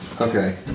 Okay